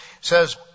says